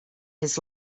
his